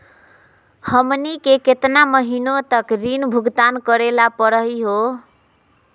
हमनी के केतना महीनों तक ऋण भुगतान करेला परही हो?